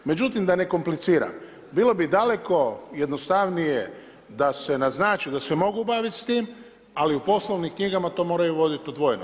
Međutim da ne kompliciram, bilo bi daleko jednostavnije da se naznači da se mogu baviti s tim, ali u poslovnim knjigama to moraju voditi odvojeno.